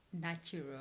natural